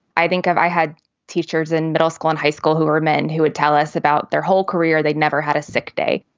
i think i've i had teachers in middle school and high school who are men who would tell us about their whole career. they'd never had a sick day.